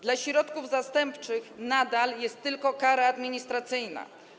Dla środków zastępczych nadal jest tylko kara administracyjna.